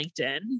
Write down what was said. linkedin